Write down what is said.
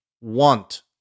want